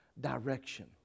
direction